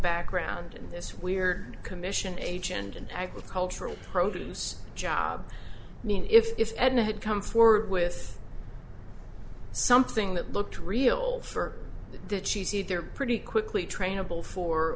background in this we're commission agent and agricultural produce job i mean if edna had come forward with something that looked real for the cheesey they're pretty quickly trainable for